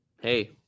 Hey